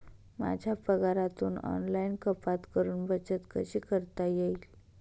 माझ्या पगारातून ऑनलाइन कपात करुन बचत कशी करता येईल?